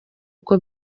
uko